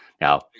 Now